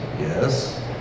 yes